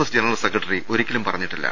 S general secretary ഒരിക്കലും പറഞ്ഞിട്ടില്ല